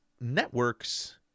networks